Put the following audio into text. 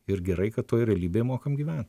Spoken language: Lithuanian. ir gerai kad toj realybėj mokam gyvent